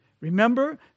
Remember